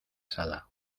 sala